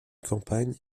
campagne